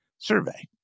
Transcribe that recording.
Survey